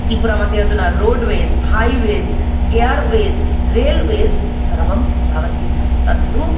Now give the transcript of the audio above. त्रिपुरामध्ये अधुना roadways highways airways railways सर्वं भवति तत्तु